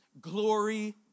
glory